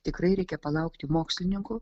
tikrai reikia palaukti mokslininkų